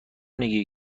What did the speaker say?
میگی